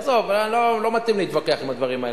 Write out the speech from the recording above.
עזוב, לא מתאים להתווכח עם הדברים האלה.